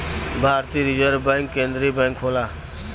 भारतीय reserve bank केन्द्रीय bank होला